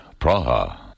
Praha